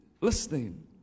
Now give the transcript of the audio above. listening